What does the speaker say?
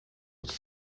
het